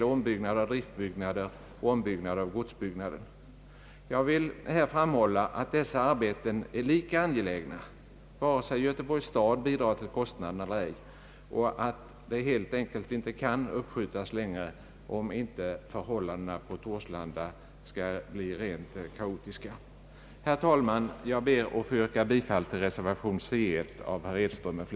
och ombyggnad av driftbyggnader och ombyggnad av godsbyggnader. Jag vill här framhålla, att dessa arbeten är lika angelägna vare sig Göteborgs stad bidrar till kostnaderna eller ej, och att de helt enkelt inte kan uppskjutas längre om inte förhållandena på Torslanda skall bli rent kaotiska. Herr talman! Jag ber att få yrka bifall till reservation c 1 av herr Edström m, fl.